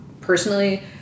personally